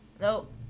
Nope